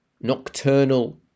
nocturnal